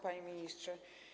Panie Ministrze!